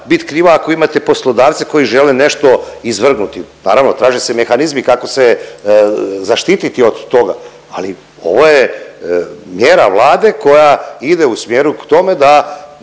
bit kriva ako imate poslodavce koji žele nešto izvrgnuti, naravno traže se mehanizmi kako se zaštititi od toga, ali ovo je mjera Vlade koja ide u smjeru k tome da